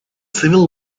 civil